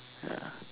ya